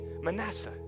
Manasseh